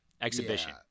Exhibition